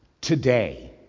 today